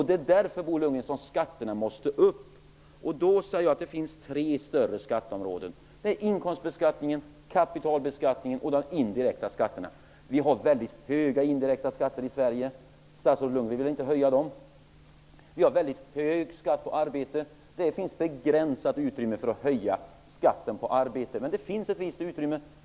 Det är därför, Bo Lundgren, som skatterna måste upp. Då säger jag att det finns tre större skatteområden: inkomstbeskattningen, kapitalbeskattningen och de indirekta skatterna. Vi har väldigt höga indirekta skatter i Sverige. Statsrådet Lundgren vill inte höja dem. Vi har väldigt höga skatter på arbete. Utrymmet för att höja skatten på arbete är begränsat, men det finns ett visst utrymme.